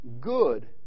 Good